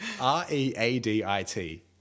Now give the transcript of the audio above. R-E-A-D-I-T